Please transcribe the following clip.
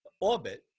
orbit